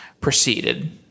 proceeded